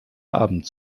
abend